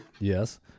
Yes